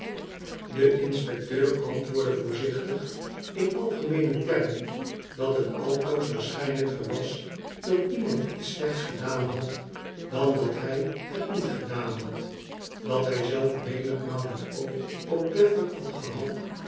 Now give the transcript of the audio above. de heer inspecteur antwoordde voorzichtig in algemeene termen dat het altoos waarschijnlijker was dat iemand iets slechts gedaan had dan dat hij het niet had gedaan dat hij zelf menigmaal het oog op gaffer had gehad